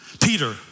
Peter